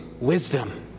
wisdom